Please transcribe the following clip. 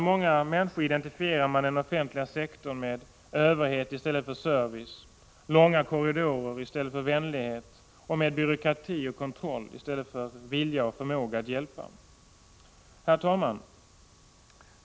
Många människor identifierar den offentliga sektorn med överhet i stället för service, med långa korridorer i stället för vänlighet och med byråkrati och kontroll i stället för vilja och förmåga att hjälpa. Herr talman!